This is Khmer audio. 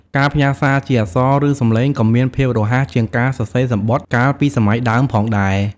ការផ្ញើរសារជាអក្សរ ឬ សម្លេងក៏មានភាពរហ័សជាងការសរសេរសំបុត្រកាលពីសម័យដើមផងដែរ។